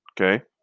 okay